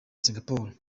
singapore